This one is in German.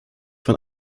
von